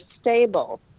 stable